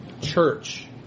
church